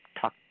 talk